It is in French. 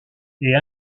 est